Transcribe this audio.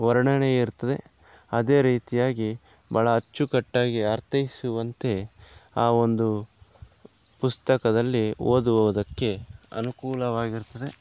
ವರ್ಣನೆ ಇರ್ತದೆ ಅದೇ ರೀತಿಯಾಗಿ ಬಹಳ ಅಚ್ಚುಕಟ್ಟಾಗಿ ಅರ್ಥೈಸುವಂತೆ ಆ ಒಂದು ಪುಸ್ತಕದಲ್ಲಿ ಓದುವುದಕ್ಕೆ ಅನುಕೂಲವಾಗಿರ್ತದೆ